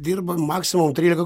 dirba maksimum trylika